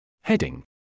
Heading